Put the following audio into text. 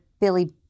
Billy